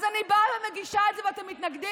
אז אני באה ומגישה את זה, ואתם מתנגדים?